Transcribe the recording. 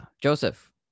Joseph